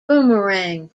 boomerang